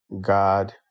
god